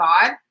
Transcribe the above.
God